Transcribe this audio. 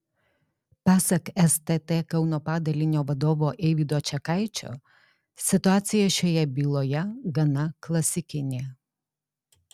pasak stt kauno padalinio vadovo eivydo čekaičio situacija šioje byloje gana klasikinė